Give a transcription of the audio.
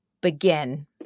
begin